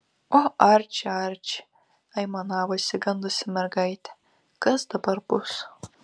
o arči arči aimanavo išsigandusi mergaitė kas dabar bus